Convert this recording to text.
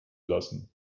lassen